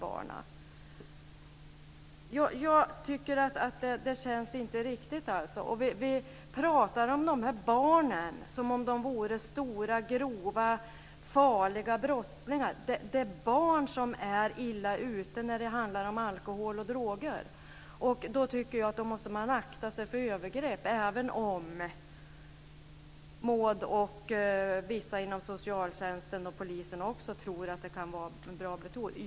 Jag tycker inte att det känns riktigt. Vi pratar om de här barnen som om de vore stora, grova, farliga brottslingar. Det handlar om barn som är illa ute när det gäller alkohol och droger. Då tycker jag att man måste akta sig för sådana övergrepp, även om Maud och vissa inom socialtjänsten och polisen tror att det kan vara en bra metod.